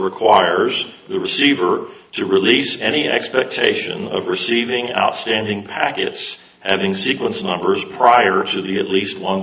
requires the receiver to release any expectation of receiving outstanding packets and in sequence numbers prior to the at least one